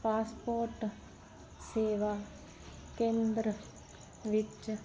passport ਸੇਵਾ ਕੇਂਦਰ ਵਿੱਚ